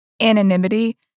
anonymity